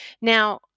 Now